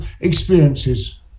experiences